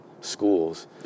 schools